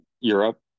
Europe